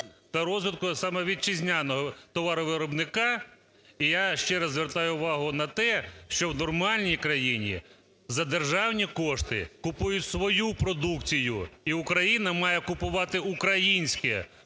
та розвитку саме вітчизняного товаровиробника. І я ще раз звертаю увагу на те, що в нормальній країні за державні кошти купують свою продукцію і Україна має купувати українське,